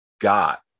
got